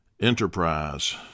Enterprise